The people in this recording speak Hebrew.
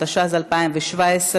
התשע"ז 2017,